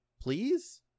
please